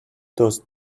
those